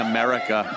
America